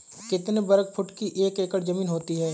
कितने वर्ग फुट की एक एकड़ ज़मीन होती है?